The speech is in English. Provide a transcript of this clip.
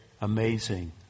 Amazing